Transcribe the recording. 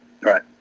right